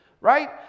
right